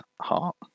heart